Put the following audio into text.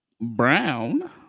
Brown